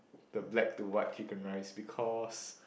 the black to white chicken rice because